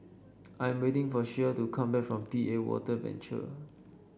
I am waiting for Shea to come back from P A Water Venture